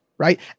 right